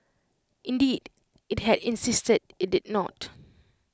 indeed IT had insisted IT did not